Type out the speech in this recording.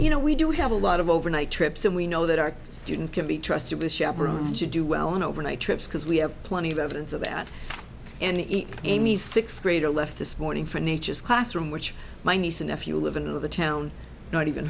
you know we do have a lot of overnight trips and we know that our students can be trusted to chaperon us to do well on overnight trips because we have plenty of evidence of that and amy's sixth grader left this morning for nature's classroom which my niece and nephew live in the town not even